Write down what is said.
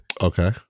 Okay